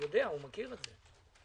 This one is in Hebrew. הוא מכיר את זה.